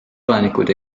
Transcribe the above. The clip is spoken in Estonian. elanikud